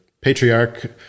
patriarch